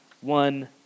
one